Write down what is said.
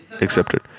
accepted